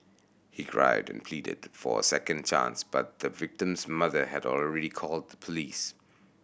he cried and pleaded for a second chance but the victim's mother had already called the police